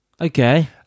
Okay